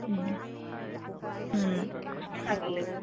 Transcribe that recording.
কচুকে থায় ভাল লাগিব